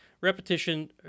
repetition